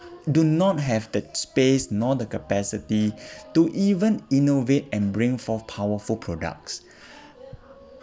do not have that space nor the capacity to even innovate and bring forth powerful products